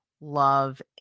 love